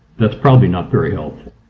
that's probably not very helpful.